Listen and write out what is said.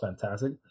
fantastic